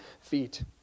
feet